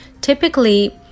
typically